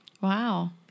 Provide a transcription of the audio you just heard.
Wow